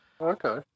okay